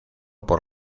por